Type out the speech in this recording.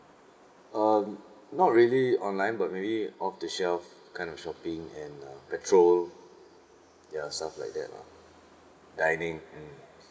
um not really online but maybe off the shelves kind of shopping and uh petrol ya stuff like lah dining mm